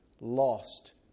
lost